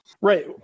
Right